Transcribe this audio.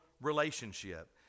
relationship